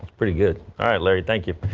pretty good all right larry thank you.